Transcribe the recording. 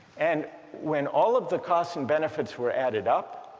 and when all of the costs and benefits were added up